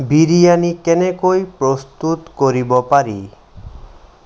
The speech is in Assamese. বিৰয়ানী কেনেকৈ প্ৰস্তুত কৰিব পাৰি